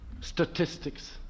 statistics